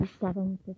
seven